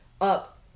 up